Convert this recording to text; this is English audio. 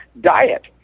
diet